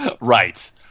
Right